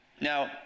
Now